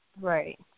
Right